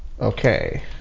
Okay